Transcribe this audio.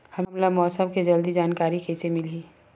हमला मौसम के जल्दी जानकारी कइसे मिलही?